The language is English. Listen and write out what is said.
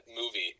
movie